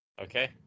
Okay